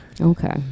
Okay